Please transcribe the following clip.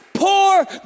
poor